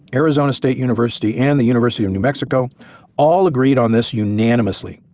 arizona state university, and the university of new mexico all agreed on this unanimously.